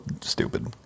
stupid